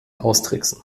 austricksen